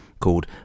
called